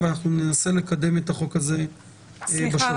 אנחנו ננסה לקדם את הצעת החוק הזאת בשבוע הבא.